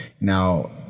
Now